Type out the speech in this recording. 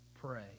pray